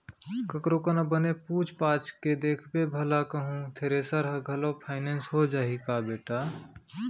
ककरो करा बने पूछ ताछ के देखबे भला कहूँ थेरेसर ह घलौ फाइनेंस हो जाही का बेटा?